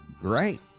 Great